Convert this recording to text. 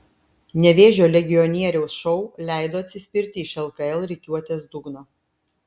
nevėžio legionieriaus šou leido atsispirti iš lkl rikiuotės dugno